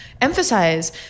Emphasize